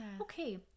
okay